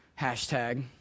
Hashtag